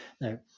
Now